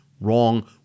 wrong